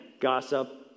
gossip